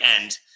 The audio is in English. end